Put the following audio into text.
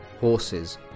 horses